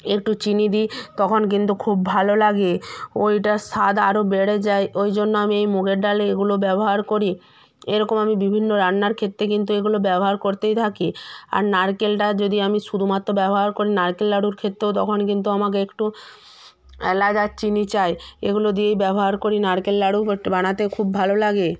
একটু চিনি দিই তখন কিন্তু খুব ভালো লাগে ওইটার স্বাদ আরও বেড়ে যায় ওই জন্য আমি এই মুগের ডালে এগুলো ব্যবহার করি এরকম আমি বিভিন্ন রান্নার ক্ষেত্রে কিন্তু এগুলো ব্যবহার করতেই থাকি আর নারকেলটা যদি আমি শুধুমাত্র ব্যবহার করি নারকেল লাড়ুর ক্ষেত্রেও যখন কিন্তু আমাকে একটু এলাচ আর চিনি চাই এগুলো দিয়েই ব্যবহার করি নারকেল নাড়ু বানাতে খুব ভালো লাগে